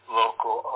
local